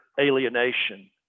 alienation